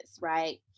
right